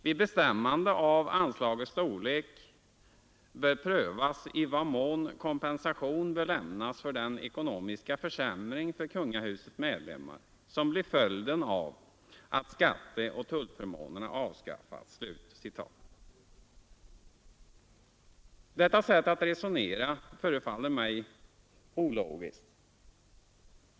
Vid bestämmande av anslagets storlek bör prövas i vad mån kompensation bör lämnas för den ekonomiska försämring för kungahusets medlemmar som blir följden av att skatteoch tullförmånerna avskaffas.” Detta sätt att resonera förefaller mig ologiskt.